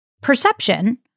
perception